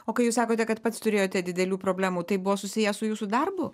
o kai jūs sakote kad pats turėjote didelių problemų tai buvo susiję su jūsų darbu